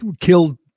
killed